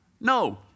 No